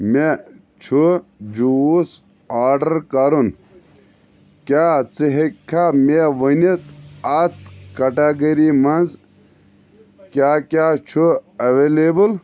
مےٚ چھُ juice order کرُن کیٛاہ ژٕ ہٮ۪کھا مےٚ ؤنِتھ اَتھ کیٹاگری منٛز کیٛاہ کیٛاہ چھُ اؠویلیبل